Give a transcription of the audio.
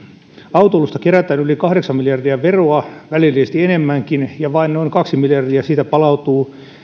autoilusta kerätään yli kahdeksan miljardia veroa välillisesti enemmänkin ja vain noin kaksi miljardia siitä palautuu